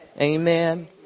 Amen